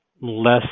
less